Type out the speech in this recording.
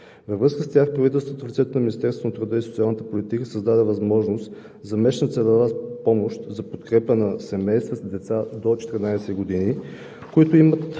Във връзка с тях правителството в лицето на Министерството на труда и социалната политика създаде възможност за месечна целева помощ за подкрепа на семейства с деца до 14 години, които учат